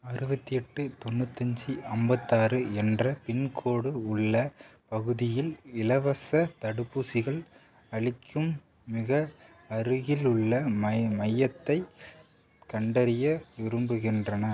அறுபத்தி எட்டு தொண்ணூற்றஞ்சி ஐம்பத்தாறு என்ற பின்கோடு உள்ள பகுதியில் இலவசத் தடுப்பூசிகள் அளிக்கும் மிக அருகிலுள்ள மை மையத்தைக் கண்டறிய விரும்புகின்றன